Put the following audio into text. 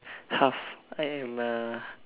half I am a